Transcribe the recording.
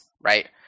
right